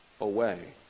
away